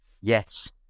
Yes